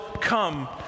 come